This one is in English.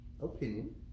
opinion